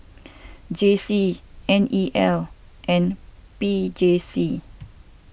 J C N E L and P J C